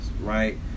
right